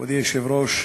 כבוד היושב-ראש,